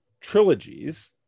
trilogies